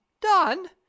done